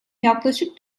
yaklaşık